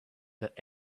that